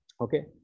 Okay